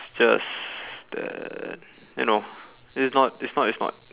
it's just that you know it's not it's not it's not